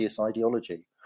ideology